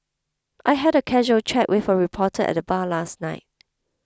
I had a casual chat with a reporter at the bar last night